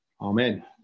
amen